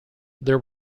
there